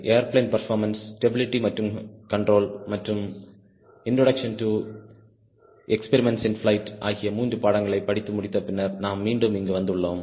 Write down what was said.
airplane performance stability மற்றும் control மற்றும் introduction to experiments in flight ஆகிய மூன்று பாடங்களை படித்து முடித்த பின்னர் நாம் மீண்டும் இங்கு வந்துள்ளோம்